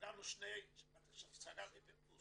סגרתי בית דפוס,